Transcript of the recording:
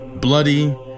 bloody